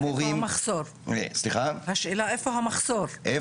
השאלה איפה המחסור?